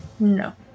No